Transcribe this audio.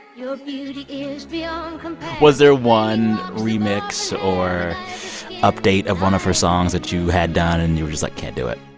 your beauty is beyond compare was there one remix or update of one of her songs that you had done and you were just like, can't do it?